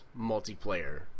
multiplayer